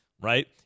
right